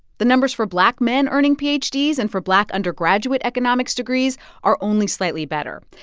the numbers for black men earning ph ds. and for black undergraduate economics degrees are only slightly better.